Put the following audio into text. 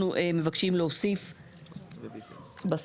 אנחנו מבקשים להוסיף בסוף,